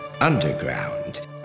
underground